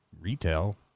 retail